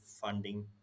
funding